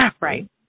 Right